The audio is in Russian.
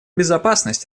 безопасность